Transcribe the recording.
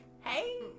Hey